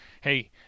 hey